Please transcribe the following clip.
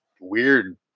weird